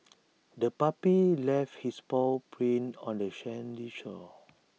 the puppy left its paw prints on the sandy shore